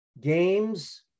games